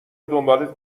دنبالت